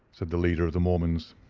said the leader of the mormons.